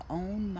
own